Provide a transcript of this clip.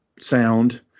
sound